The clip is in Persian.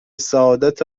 سعادت